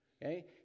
Okay